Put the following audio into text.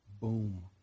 Boom